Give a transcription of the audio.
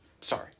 sorry